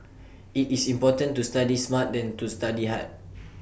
IT is important to study smart than to study hard